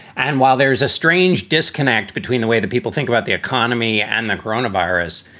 and while there is a strange disconnect between the way that people think about the economy and the coronavirus,